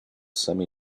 semi